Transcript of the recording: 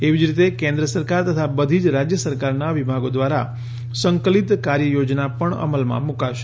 એવી જ રીતે કેન્દ્ર સરકાર તથા બધી જ રાજ્ય સરકારોના વિભાગો દ્વારા સંકલિત કાર્યયોજના પણ અમલમાં મૂકાશે